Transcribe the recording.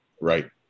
Right